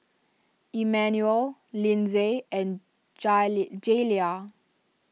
Emmanuel Lindsay and Jayla